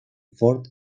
fort